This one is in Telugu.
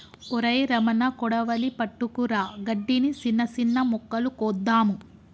ఒరై రమణ కొడవలి పట్టుకురా గడ్డిని, సిన్న సిన్న మొక్కలు కోద్దాము